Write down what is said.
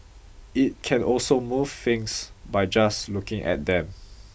it can also move things by just looking at them